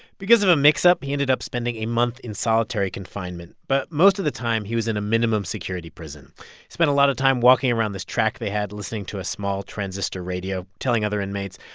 because of a mix-up, he ended up spending a month in solitary confinement. but most of the time, he was in a minimum-security prison. he spent a lot of time walking around this track they had, listening to a small transistor radio, telling other inmates,